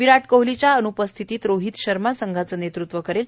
विराट कोहलीच्या अन्पस्थितीत रोहीत शर्मा संघाचं नेतृत्व करेल